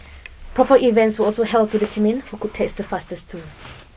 proper events were also held to determine who could text the fastest too